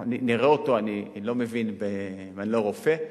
אני לא רופא,